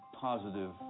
Positive